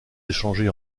échangés